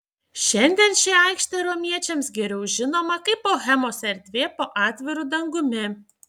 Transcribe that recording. šiandien ši aikštė romiečiams geriau žinoma kaip bohemos erdvė po atviru dangumi